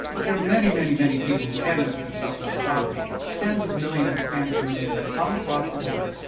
but there are many, many, many people who can lift themselves out of poverty. tens of millions of hispanic immigrants have come across the border.